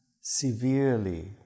severely